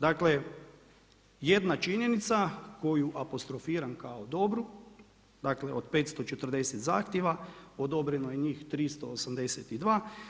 Dakle, jedna činjenica koju apostrofiram kao dobru, dakle od 540 zahtjeva odobreno je njih 382.